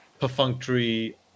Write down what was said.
perfunctory